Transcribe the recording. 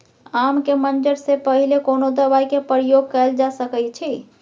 आम के मंजर से पहिले कोनो दवाई के प्रयोग कैल जा सकय अछि?